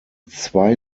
zwei